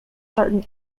certain